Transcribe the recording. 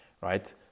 right